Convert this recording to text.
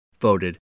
voted